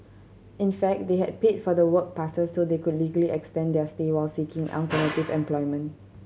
in fact they had paid for the work passes so they could legally extend their stay while seeking alternative employment